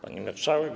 Pani Marszałek!